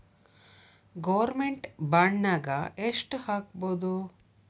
Government ಬಾಂಡ್ನಾಗ್ ಯೆಷ್ಟ್ ಹಾಕ್ಬೊದು?